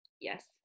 Yes